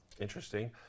interesting